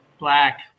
Black